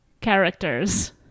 characters